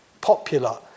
popular